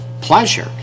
pleasure